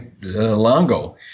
Longo